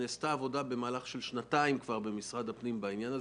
נעשתה עבודה במהלך של שנתיים במשרד הפנים בעניין הזה.